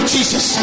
Jesus